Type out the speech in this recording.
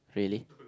really